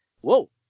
Whoa